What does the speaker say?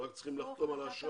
הם רק צריכים לחתום על האשרה.